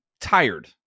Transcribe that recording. tired